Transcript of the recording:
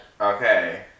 Okay